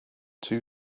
two